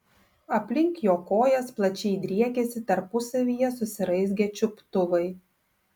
aplink jo kojas plačiai driekėsi tarpusavyje susiraizgę čiuptuvai